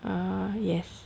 ah yes